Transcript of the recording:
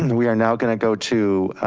and we are now gonna go to